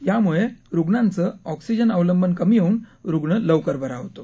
यामुळे रुग्णाचं ऑक्सिजन अवलंबन कमी होऊन रुग्ण लवकर बरा होतो